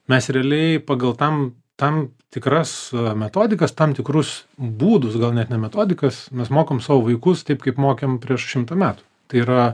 mes realiai pagal tam tam tikras metodikas tam tikrus būdus gal net ne metodikas mes mokom savo vaikus taip kaip mokėm prieš šimtą metų tai yra